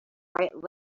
right